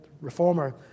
reformer